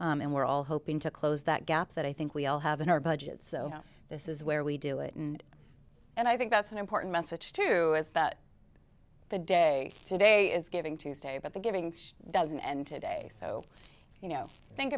so and we're all hoping to close that gap that i think we all have in our budget so this is where we do it in and i think that's an important message to the the day to day is giving tuesday but the giving doesn't end today so you know think